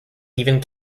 even